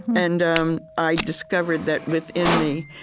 and um i discovered that within me,